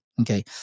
Okay